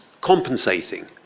compensating